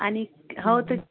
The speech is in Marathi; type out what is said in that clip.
आणि हो त